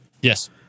Yes